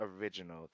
original